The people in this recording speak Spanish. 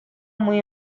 muy